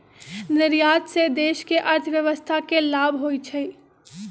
निर्यात से देश के अर्थव्यवस्था के लाभ होइ छइ